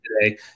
today